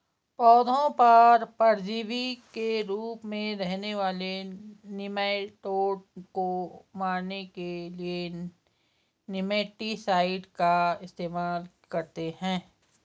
पौधों पर परजीवी के रूप में रहने वाले निमैटोड को मारने के लिए निमैटीसाइड का इस्तेमाल करते हैं